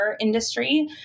industry